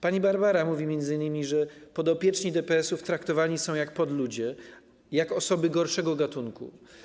Pani Barbara mówi m.in., że podopieczni DPS-ów traktowani są jak podludzie, jak osoby gorszego gatunku.